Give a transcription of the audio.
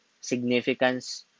significance